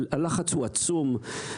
הלחץ עצום,